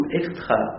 extra